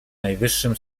najwyższym